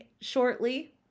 shortly